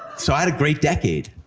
so i had a great decade.